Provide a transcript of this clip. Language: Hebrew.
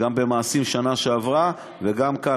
גם במעשים, בשנה שעברה, וגם כאן.